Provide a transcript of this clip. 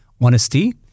honesty